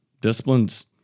disciplines